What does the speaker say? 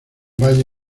valle